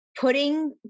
putting